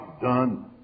done